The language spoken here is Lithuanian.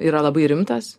yra labai rimtas